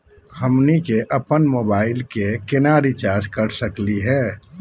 हमनी के अपन मोबाइल के केना रिचार्ज कर सकली हे?